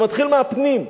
זה מתחיל מהפנים.